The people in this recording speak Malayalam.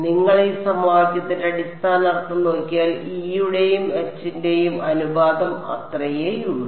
നിങ്ങൾ ഈ സമവാക്യത്തിന്റെ അടിസ്ഥാന അർത്ഥം നോക്കിയാൽ E യുടെയും Hയുടെയും അനുപാതം അത്രയേയുള്ളൂ